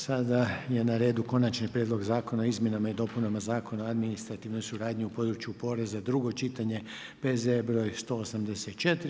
Sada je na redu - Konačni prijedlog zakona o izmjenama i dopunama Zakona o administrativnoj suradnji u području poreza, drugo čitanje, P.Z.E. br. 184.